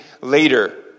later